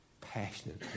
passionate